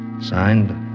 Signed